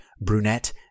brunette